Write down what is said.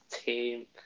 team